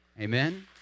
Amen